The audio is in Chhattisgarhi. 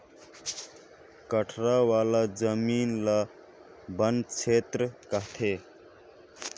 कठरा वाला जमीन ल बन छेत्र कहथें